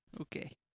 Okay